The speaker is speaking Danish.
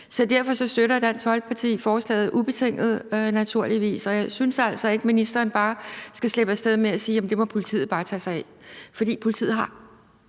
Så derfor støtter Dansk Folkeparti forslaget ubetinget, naturligvis. Jeg synes altså ikke, at ministeren bare skal slippe af sted med at sige, at det må politiet bare tage sig af, for politiet har